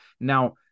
Now